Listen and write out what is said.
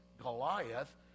Goliath